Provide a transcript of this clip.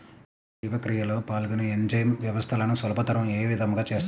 నత్రజని జీవక్రియలో పాల్గొనే ఎంజైమ్ వ్యవస్థలను సులభతరం ఏ విధముగా చేస్తుంది?